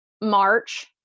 March